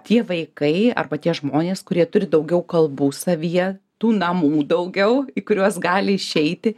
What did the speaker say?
tie vaikai arba tie žmonės kurie turi daugiau kalbų savyje tų namų daugiau į kuriuos gali išeiti